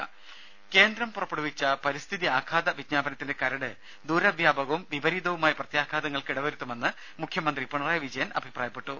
രുമ കേന്ദ്രം പുറപ്പെടുവിച്ച പരിസ്ഥിതി ആഘാത വിജ്ഞാപനത്തിന്റെ കരട് ദൂര വ്യാപകവും വിപരീതവുമായ പ്രത്യാഘാതങ്ങൾക്ക് ഇടവരുത്തുമെന്ന് മുഖ്യമന്ത്രി പിണറായി വിജയൻ അഭിപ്രായപ്പെട്ടു